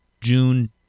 June